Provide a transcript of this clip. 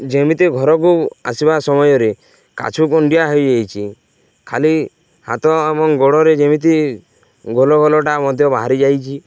ଯେମିତି ଘରକୁ ଆସିବା ସମୟରେ କାଛୁ କୁଣ୍ଡିଆ ହୋଇଯାଇଛି ଖାଲି ହାତ ଏବଂ ଗୋଡ଼ରେ ଯେମିତି ଗୋଲ ଗୋଲଟା ମଧ୍ୟ ବାହାରିଯାଇଛି